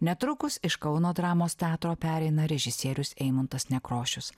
netrukus iš kauno dramos teatro pereina režisierius eimuntas nekrošius